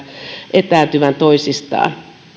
etääntyvän toisistaan